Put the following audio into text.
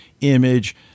image